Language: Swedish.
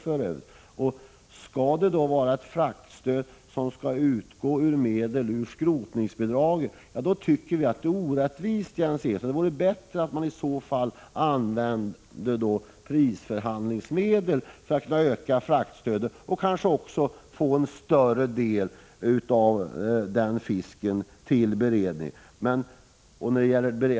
Vi tycker, Jens Eriksson, att det vore orättvist om fraktstöd skulle utgå ur medel från skrotningsbidraget. Det vore bättre att man i så fall använde prisförhandlingsmedlen för att kunna öka fraktstödet och kanske också få en större del av fisken till beredning.